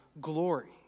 glory